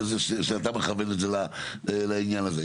שאתה מחבר את זה לעניין הזה.